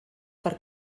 per